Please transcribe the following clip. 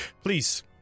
Please